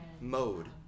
mode